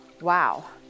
wow